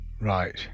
Right